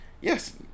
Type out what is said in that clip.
yes